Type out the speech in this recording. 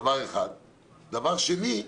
דבר שני,